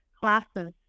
classes